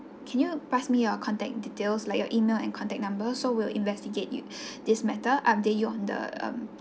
can you pass me your contact details like your email and contact number so we'll investigate this matter update you on the um